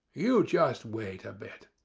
you just wait a bit.